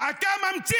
לא עמדו לדין